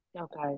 Okay